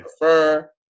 prefer